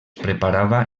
preparava